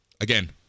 Again